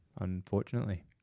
unfortunately